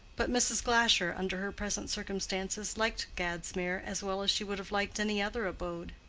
but mrs. glasher, under her present circumstances, liked gadsmere as well as she would have liked any other abode.